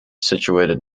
situated